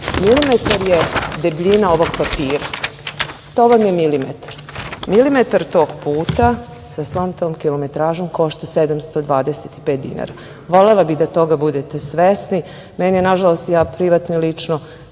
Milimetar je debljina ovog papira. To vam je milimetar. Milimetar tog puta sa svom tom kilometražom košta 725 dinara. Volela bih da toga budete svesni. Ja privatno i lično